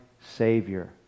Savior